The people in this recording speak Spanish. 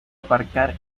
aparcar